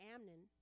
Amnon